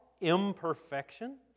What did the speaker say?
imperfection